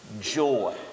joy